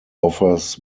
offers